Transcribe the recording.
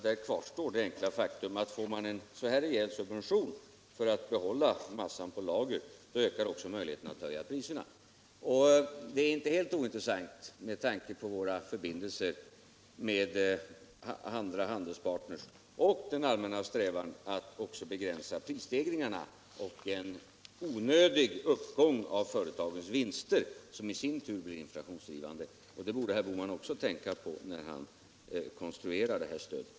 Där kvarstår det enkla faktum att får man en rejäl subvention för att behålla massan på lager, då ökar också möjligheterna att höja priserna. Det är inte helt ointressant med tanke på våra förbindelser med olika handelspartner och den allmänna strävan att begränsa prisstegringarna och en onödig uppgång av företagens vinster, som i sin tur blir inflationsdrivande. Det borde herr Bohman också tänka på när han konstruerar det här stödet.